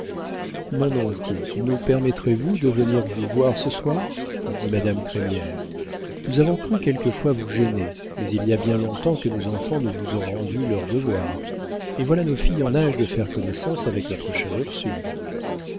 mon oncle nous permettrez-vous de venir vous voir ce soir dit madame crémière nous avons cru quelquefois vous gêner mais il y a bien long-temps que nos enfants ne vous ont rendu leurs devoirs et voilà nos filles en âge de faire connaissance avec notre chère ursule